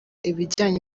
ibijyanye